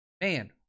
man